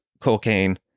cocaine